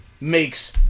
makes